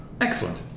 Excellent